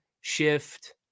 shift